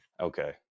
Okay